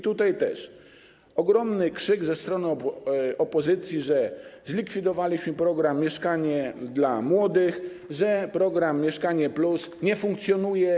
Tutaj też ogromny krzyk ze strony opozycji, że zlikwidowaliśmy program „Mieszkanie dla młodych”, że program „Mieszkanie+” nie funkcjonuje.